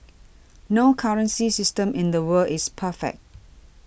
no currency system in the world is perfect